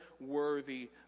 worthy